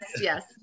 yes